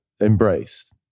Embraced